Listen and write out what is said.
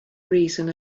reason